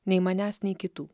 nei manęs nei kitų